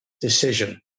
decision